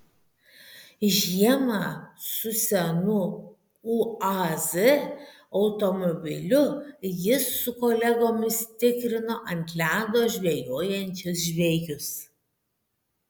žiemą su senu uaz automobiliu jis su kolegomis tikrino ant ledo žvejojančius žvejus